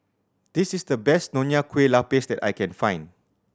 this is the best Nonya Kueh Lapis that I can find